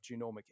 genomic